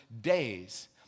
days